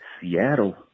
Seattle